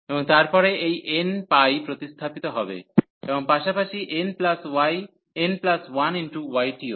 এবং তারপরে এই nπ প্রতিস্থাপিত হবে এবং পাশাপাশি n 1y টিও